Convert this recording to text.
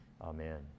Amen